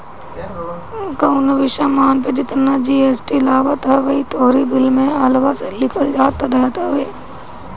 कवनो भी सामान पे जेतना जी.एस.टी लागत हवे इ तोहरी बिल में अलगा से लिखल रहत हवे